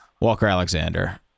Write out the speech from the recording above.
Walker-Alexander